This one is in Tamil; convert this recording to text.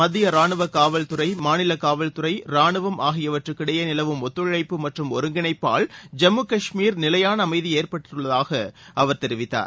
மத்தியரானுவகாவல் துறைமாநிலகாவல் துறைரானுவம் ஆகியவற்றுக் கிடையேநிலவும் ஒத்துழைப்பு மற்றும் ஒருங்கிணைப்பால் ஜம்முகாஷ்மீரில் நிலைபானஅமைதிஏற்பட்டுள்ளதாகஅவர் தெரிவித்தார்